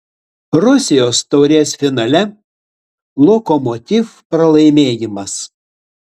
rusijos taurės finale lokomotiv pralaimėjimas